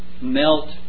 melt